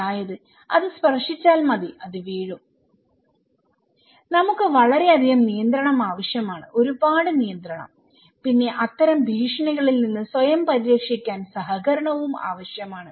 അതായത് അതിൽ സ്പർശിച്ചാൽ മതി അത് വീഴുംനമുക്ക് വളരെയധികം നിയന്ത്രണം ആവശ്യമാണ് ഒരുപാട് നിയന്ത്രണം പിന്നെ അത്തരം ഭീഷണികളിൽ നിന്ന് സ്വയം പരിരക്ഷിക്കാൻ സഹകരണവും ആവശ്യമാണ്